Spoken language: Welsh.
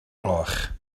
gloch